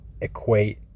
equate